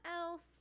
else